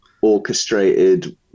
orchestrated